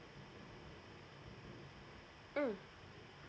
mm